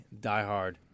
Diehard